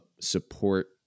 support